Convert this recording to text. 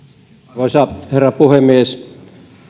arvoisa herra puhemies